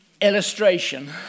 illustration